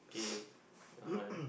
okay uh